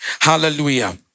Hallelujah